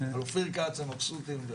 על אופיר כץ הם מבסוטים.